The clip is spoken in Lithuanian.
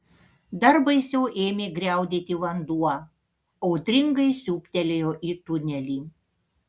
dar baisiau ėmė griaudėti vanduo audringai siūbtelėjo į tunelį